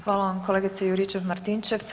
Hvala vam kolegice Juričev-Martinčev.